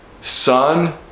Son